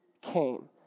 came